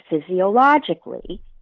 physiologically